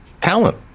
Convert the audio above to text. Talent